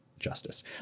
justice